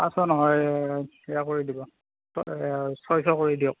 পাঁচশ নহয় সেইয়া কৰি দিব ছয়শ কৰি দিয়ক